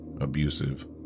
abusive